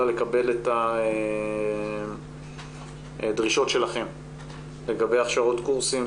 לקבל את הדרישות שלכם לגבי הכשרות קורסים,